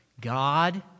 God